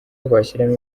twashyiramo